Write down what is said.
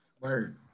Word